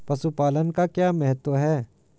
पशुपालन का क्या महत्व है?